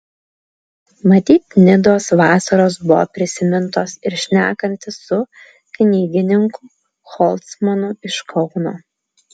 matyt nidos vasaros buvo prisimintos ir šnekantis su knygininku holcmanu iš kauno